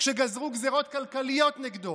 כשגזרו גזרות כלכליות נגדו,